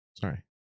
Sorry